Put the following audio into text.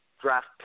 draft